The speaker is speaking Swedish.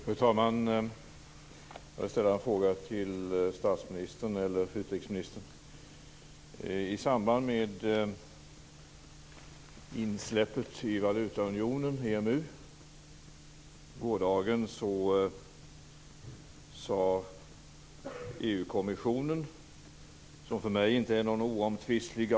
Fru talman! Jag vill ställa en fråga till statsministern eller utrikesministern. I samband med insläppet till valutaunionen, EMU, i går sade EU kommissionen att man ansåg att Sverige inte uppfyllde kraven.